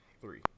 three